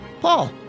Paul